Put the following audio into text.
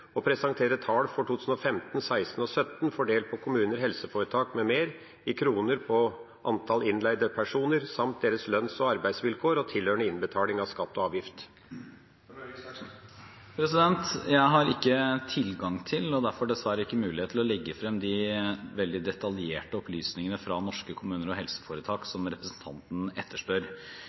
presentere tall for 2015, 2016 og 2017 fordelt på kommuner, helseforetak m.m. i kroner på antall innleide personer, samt deres lønns- og arbeidsvilkår og tilhørende innbetaling av skatt og avgift?» Jeg har ikke tilgang til og derfor dessverre ikke mulighet til å legge frem de veldig detaljerte opplysningene fra norske kommuner og helseforetak som representanten etterspør.